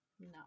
No